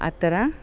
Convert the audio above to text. ಆ ಥರ